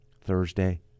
thursday